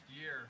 year